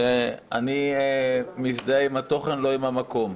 אני מזדהה עם התוכן, לא עם המקום.